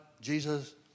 Jesus